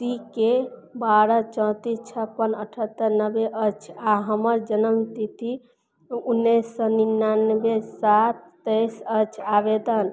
C के बारह चौंतिस छप्पन अठहत्तर नब्बे अछि आओर हमर जन्म तिथि उनैस सओ निनानबे सात तैइस अछि आवेदन